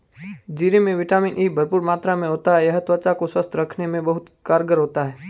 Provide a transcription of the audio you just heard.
जीरे में vitamin E भरपूर मात्रा में होता है यह त्वचा को स्वस्थ रखने में बहुत कारगर होता है